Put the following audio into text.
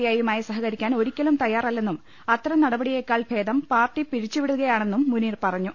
I യുമായി സഹകരിക്കാൻ ഒരിക്കലും തയ്യാറ ല്ലെന്നും അത്തരം നടപടിയേക്കാൾ ഭേദം പാർട്ടി പിരിച്ചുവിടുന്നതാ ണെന്നും മുനീർ പറഞ്ഞു